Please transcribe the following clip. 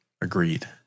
Agreed